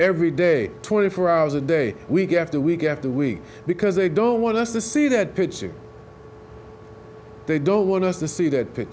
every day twenty four hours a day week after week after week because they don't want us to see that picture they don't want us to see that